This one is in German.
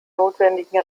notwendigen